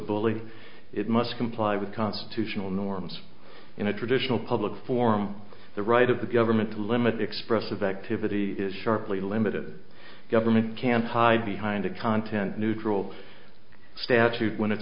bully it must comply with constitutional norms in a traditional public forum the right of the government to limit expressive activity is sharply limited government can't hide behind a content neutral statute when it